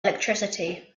electricity